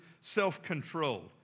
self-control